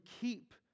keep